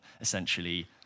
essentially